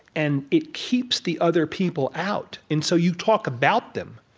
and it keeps the other people out, and so you talk about them.